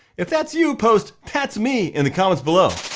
if that's you post, that's me in the comments below.